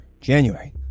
January